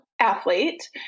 athlete